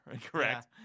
Correct